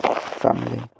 family